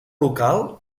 local